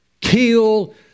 kill